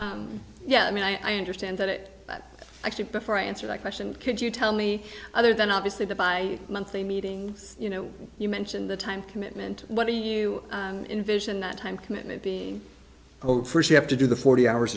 ok yeah i mean i understand that it actually before i answer that question could you tell me other than obviously the bi monthly meeting you know you mention the time commitment what do you envision the time commitment oh first you have to do the forty hours